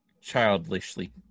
childishly